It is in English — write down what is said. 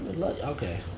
Okay